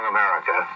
America